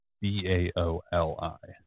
B-A-O-L-I